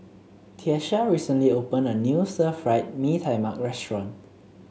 Tiesha recently opened a new Stir Fried Mee Tai Mak restaurant